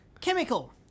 chemical